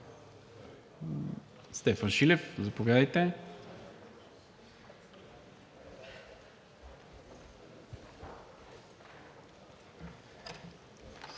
Стефан Шилев, заповядайте.